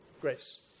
Grace